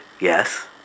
yes